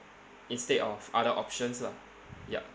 instead of other options lah yup